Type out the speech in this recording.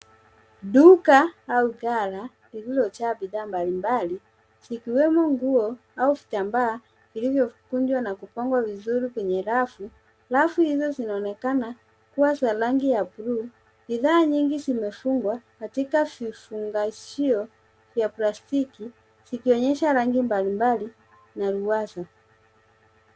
Duka au gala lililojaa bidhaa mbali mbali zikiwemo nguo au vitambaa iliyokunjwa na kupangwa vizuri kwenye rafu. Rafu hizo zinaonekana kuwa za rangi ya bluu. Bidhaa nyingi zimefungwa katika vifunganishio vya plastiki zikionyesha rangi mbali mbali na ruwaza.